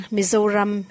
Mizoram